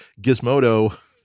gizmodo